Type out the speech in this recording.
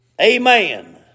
Amen